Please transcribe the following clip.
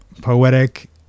poetic